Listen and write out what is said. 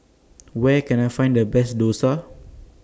Where Can I Find The Best Dosa